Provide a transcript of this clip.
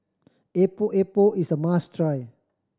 Epok Epok is a must try